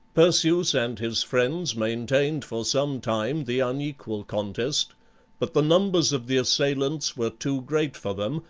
perseus and his friends maintained for some time the unequal contest but the numbers of the assailants were too great for them,